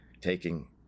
taking